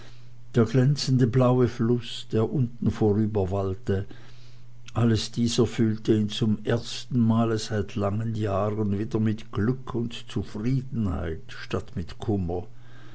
der glänzende blaue fluß der unten vorüberwallte alles dies erfüllte ihn zum ersten male seit langen jahren wieder mit glück und zufriedenheit statt mit kummer